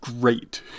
great